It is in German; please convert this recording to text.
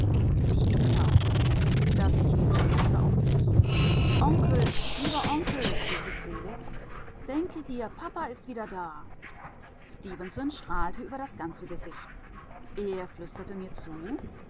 ich ging hinaus das kind stürzte auf mich zu onkel lieber onkel rief es selig denke dir pappa ist wieder da stefenson strahlte über das ganze gesicht er flüsterte mir zu